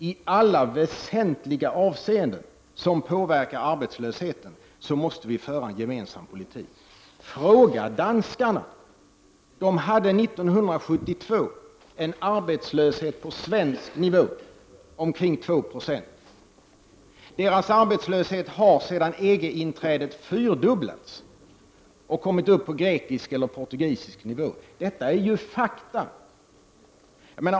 I alla väsentliga avseenden som påverkar arbetslösheten måste vi föra en med EG gemensam politik. Fråga danskarna! De hade 1972 en arbetslöshet på svensk nivå, omkring 290. Deras arbetslöshet har sedan EG-inträdet fyrdubblats och kommit upp på grekisk eller portugisisk nivå. Detta är ju fakta.